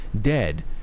dead